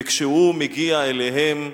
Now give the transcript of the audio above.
וכשהוא מגיע אליהם,